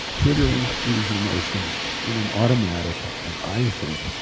triggering these emotions in an automatic and, i think,